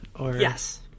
Yes